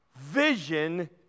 Vision